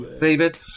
David